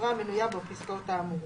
לחברה המנויה בפסקאות האמורות,